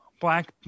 Black